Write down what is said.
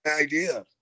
idea